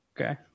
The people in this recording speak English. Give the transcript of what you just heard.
Okay